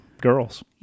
girls